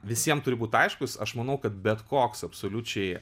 visiem turi būt aiškus aš manau kad bet koks absoliučiai